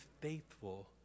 faithful